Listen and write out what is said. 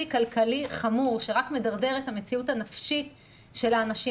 כלכלי חמור שרק מדרדר את המציאות הנפשית של האנשים.